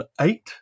eight